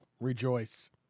Rejoice